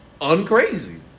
uncrazy